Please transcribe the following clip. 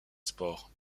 sport